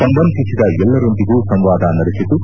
ಸಂಬಂಧಿಸಿದ ಎಲ್ಲರೊಂದಿಗೂ ಸಂವಾದ ನಡೆಸಿದ್ದು